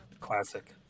Classic